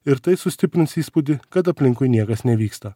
ir tai sustiprins įspūdį kad aplinkui niekas nevyksta